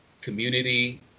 community